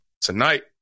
tonight